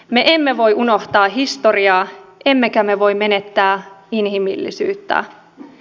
me emme voi unohtaa historiaa emmekä me voi menettää inhimillisyyttä